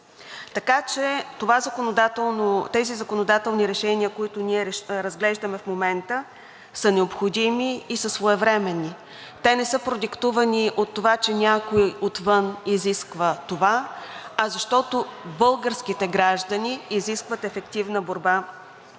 Така че тези законодателни решения, които разглеждаме в момента, са необходими и са своевременни. Те не са продиктувани от това, че някой отвън изисква това, а защото българските граждани изискват ефективна борба с